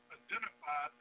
identify